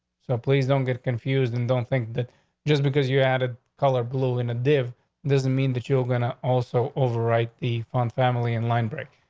so please don't get confused. and don't think that just because you added color blue in a div doesn't mean that you're gonna also overwrite the fund family in line break.